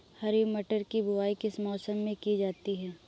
हरी मटर की बुवाई किस मौसम में की जाती है?